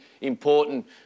important